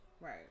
Right